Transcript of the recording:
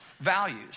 values